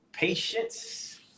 Patience